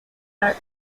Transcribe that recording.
are